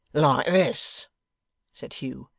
like this said hugh,